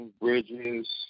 bridges